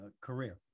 career